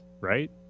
right